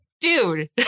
Dude